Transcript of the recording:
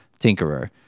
Tinkerer